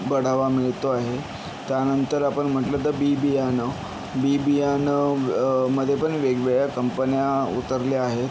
बढावा मिळतो आहे त्यानंतर आपण म्हटलं तर बी बियाणं बी बियानं मध्येपण वेगवेगळ्या कंपन्या उतरल्या आहेत